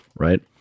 right